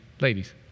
ladies